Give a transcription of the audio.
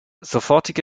sofortige